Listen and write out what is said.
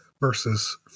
versus